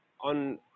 on